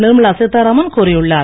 நிர்மலா சீதாராமன் கூறியுள்ளார்